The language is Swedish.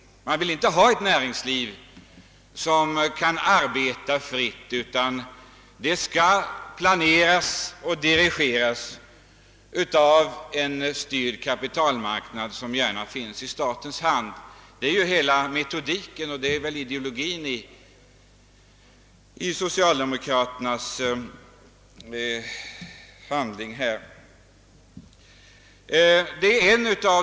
Man vill inte ha ett näringsliv som kan arbeta fritt, utan det skall planeras och dirigeras av en styrd kapitalmarknad, som gärna får vara i statens hand. Det är väl metodiken och ideologin i socialdemokraternas handlande i denna fråga.